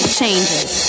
changes